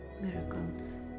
Miracles